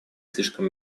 слишком